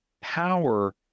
power